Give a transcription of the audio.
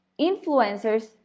influencers